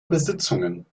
besitzungen